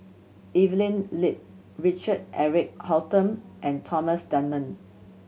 Evelyn Lip Richard Eric Holttum and Thomas Dunman